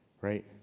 right